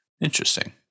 Interesting